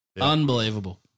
unbelievable